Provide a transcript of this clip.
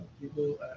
People